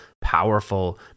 powerful